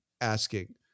asking